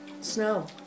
snow